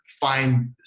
find